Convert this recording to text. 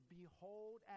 behold